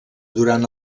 durant